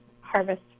harvest